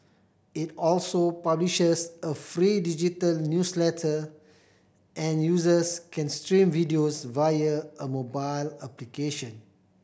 it also publishes a free digital newsletter and users can stream videos via a mobile application